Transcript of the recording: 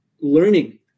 learning